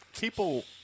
People